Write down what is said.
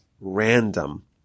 random